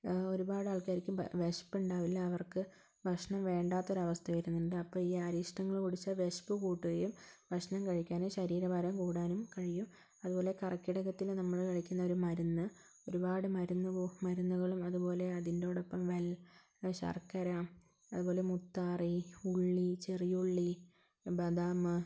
ഒരുപാട് ആൾക്കാർക്ക് വിശപ്പ് ഉണ്ടാവില്ല അവർക്ക് ഭക്ഷണം വേണ്ടാത്ത ഒരു അവസ്ഥ വരുന്നുണ്ട് അപ്പോൾ ഈ അരിഷ്ടങ്ങൾ കുടിച്ചാൽ വിശപ്പ് കൂട്ടുകയും ഭക്ഷണം കഴിക്കാനും ശരീരഭാരം കൂടാനും കഴിയും അതുപോലെ കർക്കിടകത്തിൽ നമ്മൾ കഴിക്കുന്ന ഒരു മരുന്ന് ഒരുപാട് മരുന്ന് ഓഹ് മരുന്നുകളും അതുപോലെ അതിൻ്റോടൊപ്പം ശർക്കര അതുപോലെ മുത്താറി ഉള്ളി ചെറിയ ഉള്ളി ബദാം